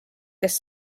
kes